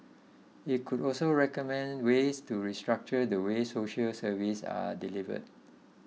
it could also recommend ways to restructure the way social services are delivered